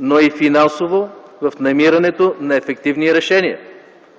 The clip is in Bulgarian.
но и финансово в намирането на ефективни решения.